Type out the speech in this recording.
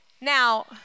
Now